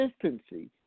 consistency